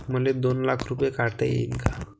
मले दोन लाख रूपे काढता येईन काय?